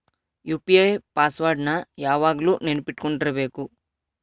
UPI password ನ ಯಾವಾಗ್ಲು ನೆನ್ಪಿಟ್ಕೊಂಡಿರ್ಬೇಕು